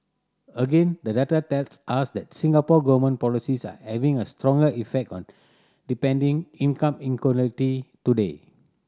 again the data tells us that Singapore Government policies are having a stronger effect on depending income today